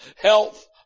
health